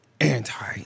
Anti